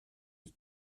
die